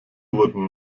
wurden